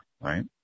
right